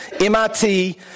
MIT